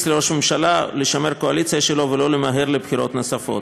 לראש הממשלה לשמר את הקואליציה שלו ולא למהר לבחירות נוספות.